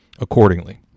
accordingly